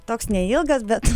toks neilgas bet